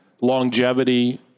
longevity